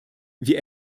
wir